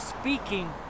speaking